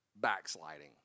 backsliding